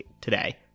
today